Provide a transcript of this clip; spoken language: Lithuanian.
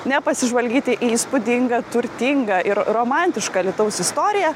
ne pasižvalgyti į įspūdingą turtingą ir romantišką alytaus istoriją